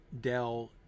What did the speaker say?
dell